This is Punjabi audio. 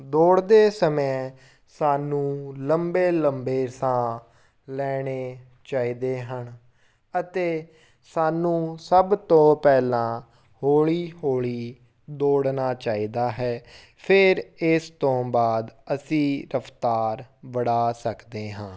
ਦੌੜਦੇ ਸਮੇਂ ਸਾਨੂੰ ਲੰਬੇ ਲੰਬੇ ਸਾਹ ਲੈਣੇ ਚਾਹੀਦੇ ਹਨ ਅਤੇ ਸਾਨੂੰ ਸਭ ਤੋਂ ਪਹਿਲਾਂ ਹੌਲੀ ਹੌਲੀ ਦੌੜਨਾ ਚਾਹੀਦਾ ਹੈ ਫਿਰ ਇਸ ਤੋਂ ਬਾਅਦ ਅਸੀਂ ਰਫਤਾਰ ਬੜਾ ਸਕਦੇ ਹਾਂ